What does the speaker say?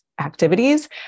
activities